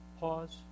Pause